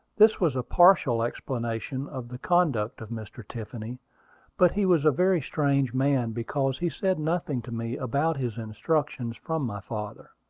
this was a partial explanation of the conduct of mr. tiffany but he was a very strange man because he said nothing to me about his instructions from my father.